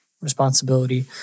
responsibility